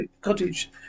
cottage